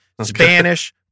Spanish